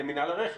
אתם מינהל הרכש.